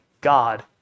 God